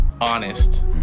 honest